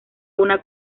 una